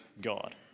God